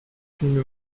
une